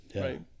Right